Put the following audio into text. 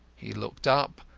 he looked up,